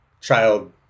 child